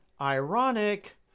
ironic